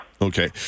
Okay